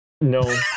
No